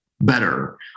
better